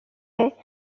সেই